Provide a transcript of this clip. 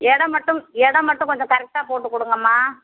எடை மட்டும் எடை மட்டும் கொஞ்சம் கரெக்டாக போட்டு கொடுங்கம்மா